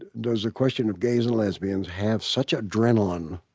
does the question of gays and lesbians have such adrenaline.